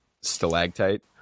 stalactite